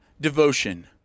devotion